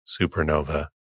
supernova